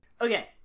Okay